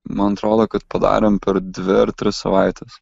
man atrodo kad padarėm per dvi ar tris savaites